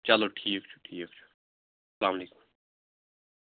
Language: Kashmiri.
چلو ٹھیٖک چھُ ٹھیٖک چھُ السلام علیکُم